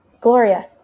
Gloria